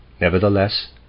Nevertheless